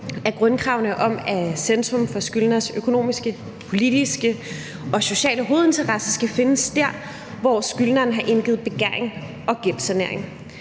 af grundkravene om, at centrum for skyldneres økonomiske, politiske og sociale hovedinteresse skal findes der, hvor skyldneren har indgivet begæring og gældssanering.